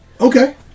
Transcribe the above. Okay